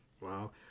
Wow